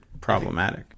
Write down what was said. problematic